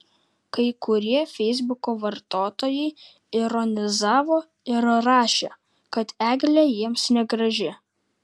kai kurie feisbuko vartotojai ironizavo ir rašė kad eglė jiems negraži